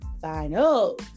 finals